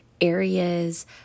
areas